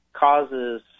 causes